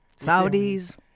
Saudis